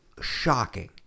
Shocking